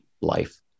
life